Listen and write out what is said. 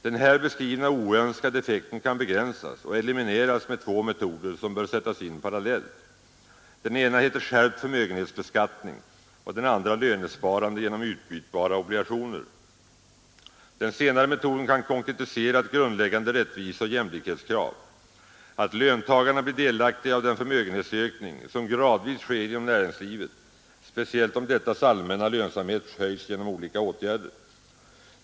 Den här beskrivna oönskade effekten kan begränsas och elimineras med två metoder, som bör sättas in parallellt. Den ena heter skärpt förmögenhetsbeskattning och den andra lönesparande genom utbytbara obligationer. Den senare metoden kan konkretisera ett grundläggande rättviseoch jämlikhetskrav: att löntagarna blir delaktiga av den förmögenhetsökning som gradvis sker inom näringslivet, speciellt om dettas allmänna lönsamhet höjs genom olika åtgärder.